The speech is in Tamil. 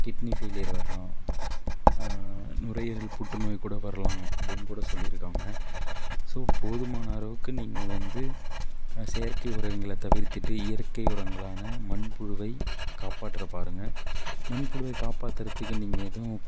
கிட்னி ஃபெயிலியர் வரலாம் நுரையீரல் புற்றுநோய் கூட வரலாம் அப்படின்னு கூட சொல்லியிருக்காங்க ஸோ போதுமான அளவுக்கு நீங்கள் வந்து செயற்கை உரங்களை தவிர்த்திட்டு இயற்கை உரங்களான மண்புழுவை காப்பாற்றப் பாருங்கள் மண்புழுவை காப்பாத்துறத்துக்கு நீங்கள் எதுவும்